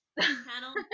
Channel